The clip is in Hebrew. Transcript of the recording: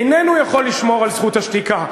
איננו יכול לשמור על זכות השתיקה.